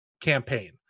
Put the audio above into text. Campaign